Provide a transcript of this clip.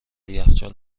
یخچال